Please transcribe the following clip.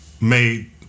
made